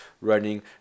running